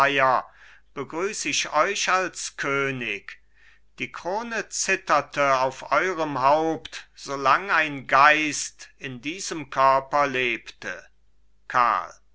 begrüß ich euch als könig die krone zitterte auf eurem haupt so lang ein geist in diesem körper lebte karl